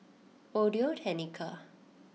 Audio Technica